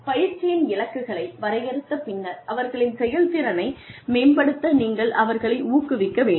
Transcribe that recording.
பயிற்சியின் இலக்குகளை வரையறுத்த பின்னர் அவர்களின் செயல்திறனை மேம்படுத்த நீங்கள் அவர்களை ஊக்குவிக்க வேண்டும்